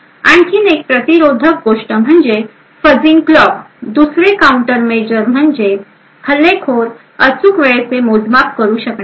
आणखी एक प्रतिरोधक गोष्ट म्हणजे फजिंग क्लॉक दुसरे काऊंटरमेजर म्हणजे हल्लेखोर अचूक वेळेचे मोजमाप करू शकणार नाही